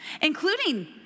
Including